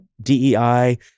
DEI